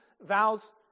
vows